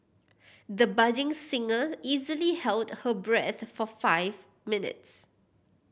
the budding singer easily held her breath for five minutes